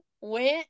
went